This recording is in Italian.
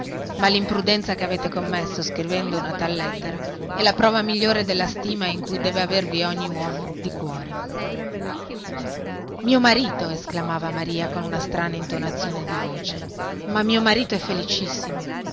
ma limprudenza che avete commesso scrivendo una tal lettera è la prova migliore della stima in cui deve avervi ogni uomo di cuore mio marito esclamava maria con una strana intonazione di voce ma mio marito è felicissimo